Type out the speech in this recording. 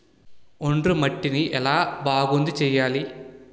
ఒండ్రు మట్టిని ఎలా బాగుంది చేయాలి?